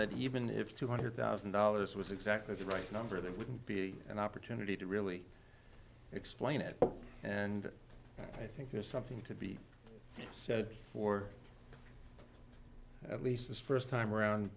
that even if two hundred thousand dollars was exactly the right number there wouldn't be an opportunity to really explain it and i think there's something to be said for at least the first time around